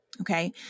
okay